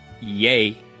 Yay